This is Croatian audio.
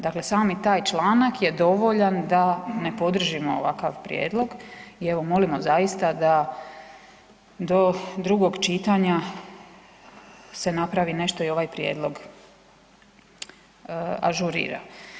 Dakle, sami taj članak je dovoljan da ne podržimo ovakav prijedlog i evo molimo zaista da do drugog čitanja se napravi nešto i ovaj prijedlog ažurira.